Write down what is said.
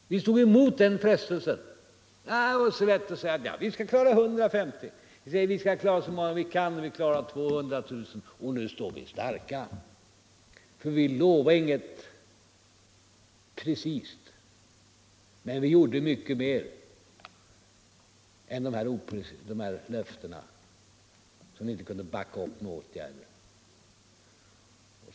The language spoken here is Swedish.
Vi stod emot den frestelsen. Det hade varit så lätt att säga: Vi skall klara 150 000 nya jobb. Vi sade: Vi skall klara så många jobb vi kan. Vi klarade 200 000. Och nu står vi starka, för vi lovade ingenting preciserat. Men vi gjorde mycket mer än ni i centern med era löften som ni inte kunde backa upp med åtgärder.